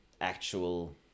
actual